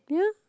ya